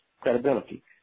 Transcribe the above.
credibility